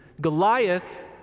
Goliath